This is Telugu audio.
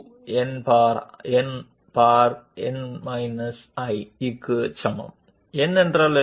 కాబట్టి ఇదిలో బెర్న్స్టెయిన్ పాలినామియల్ ఈ వెయిట్ ఫంక్షన్ అన్ని కంట్రోల్ పాయింట్ కోఆర్డినేట్లతో గుణించబడుతుంది ఇది nCi ×ui ×n iకి సమానమం